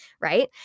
right